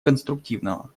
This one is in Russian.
конструктивного